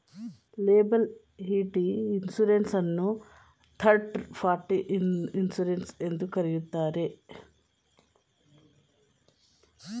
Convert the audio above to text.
liability insurance ಅನ್ನು third party insurance ಎಂದು ಕರೆಯುತ್ತಾರೆ